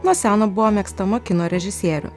nuo seno buvo mėgstama kino režisierių